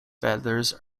feathers